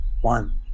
One